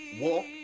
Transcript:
Walk